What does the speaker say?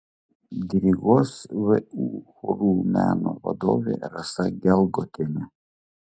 diriguos vu chorų meno vadovė rasa gelgotienė